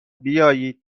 بیاید